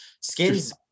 Skins